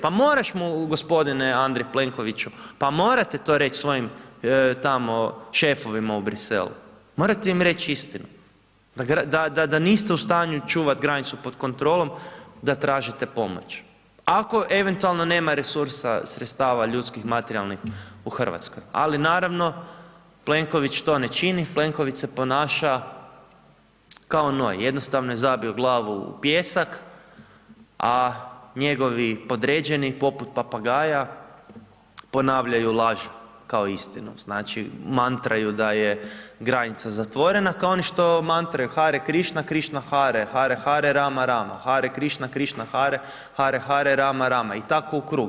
Pa moraš mu g. Andreju Plenkoviću, pa morate to reć svojim tamo šefovima u Bruxellesu, morate im reći istinu, da niste u stanju čuvat granicu pod kontrolom, da tražite pomoć ako eventualno nema resursa, sredstva ljudskih materijalnih u Hrvatskoj ali naravno, Plenković to ne čini, Plenković se ponaša kao noj, jednostavno je zabio glavu u pijesak a njegovi podređeni poput papagaja ponavljaju laž kao istinu, znači mantraju da je granica zatvorena kao oni što mantraju Hare Krišna, Krišna Hare, Hare, Hare, Rama, Rama, Hare Krišna, Krišna Hare, Hare, Hare, Rama, Rama i tako u krug.